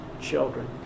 children